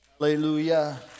Hallelujah